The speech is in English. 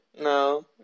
No